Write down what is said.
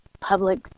public